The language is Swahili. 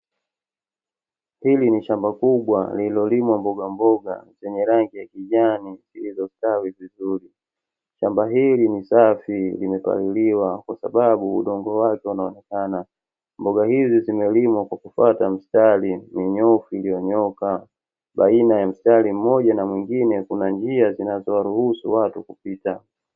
Hili ni shamba kubwa lililolimwa mboga mboga zenye rangi ya kijani, zilizostawi vizuri, shamba hili ni safi, limepangiliwa kwa sababu udongo wake unaonekana, mboga hizi zimelimwa kwa kufuata mistari minyoofu, iliyonyooka baina ya mstari mmoja na mwingine kuna njia zinazoruhusu watu kupita.